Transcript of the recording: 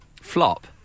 Flop